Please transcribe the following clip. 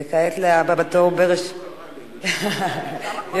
וכעת לבא בתור, רגע, רגע, זה עוד לא קרה לי.